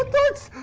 that's